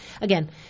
again